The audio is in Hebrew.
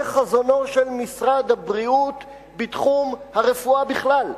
זה חזונו של משרד האוצר בתחום הרפואה בכלל: